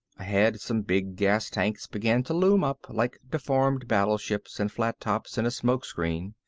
ahead some big gas tanks began to loom up, like deformed battleships and flat-tops in a smoke screen,